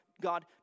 God